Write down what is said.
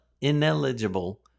ineligible